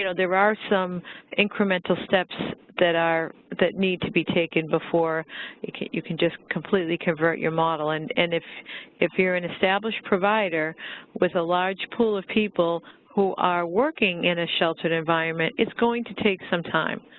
you know there are some incremental steps that are that need to be taken before you can you can just completely convert your model. and and if if you're an established provider with a large pool of people who are working in a sheltered environment, it's going to take some time.